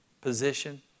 position